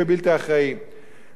גברתי היושבת-ראש וחברי הכנסת,